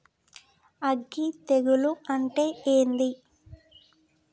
అగ్గి తెగులు అంటే ఏంది?